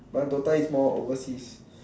but DOTA is more overseas